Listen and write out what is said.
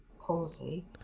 palsy